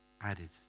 added